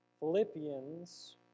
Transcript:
Philippians